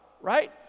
right